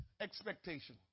expectation